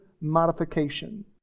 modification